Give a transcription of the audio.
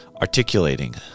articulating